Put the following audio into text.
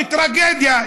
טרגדיה.